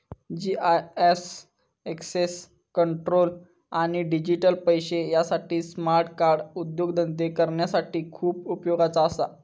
GIS access control आणि digital पैशे यासाठी स्मार्ट कार्ड उद्योगधंदे करणाऱ्यांसाठी खूप उपयोगाचा असा